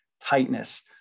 tightness